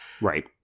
Right